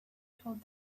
told